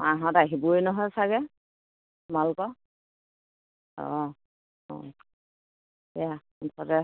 মাহঁত আহিবই নহয় চাগে তোমালোকৰ অঁ অঁ এয়া মুঠতে